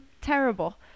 terrible